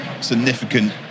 significant